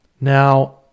now